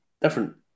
different